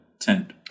tent